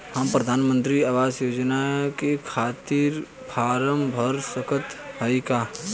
हम प्रधान मंत्री आवास योजना के खातिर फारम भर सकत हयी का?